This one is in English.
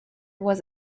was